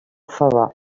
favar